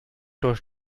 durch